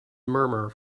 murmur